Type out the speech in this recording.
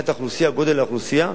מבחינת גודל האוכלוסייה,